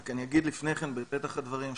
רק אני אגיד לפני כן, בפתח הדברים,